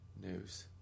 news